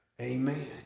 amen